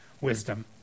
wisdom